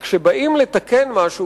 שכשבאים לתקן משהו,